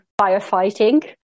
firefighting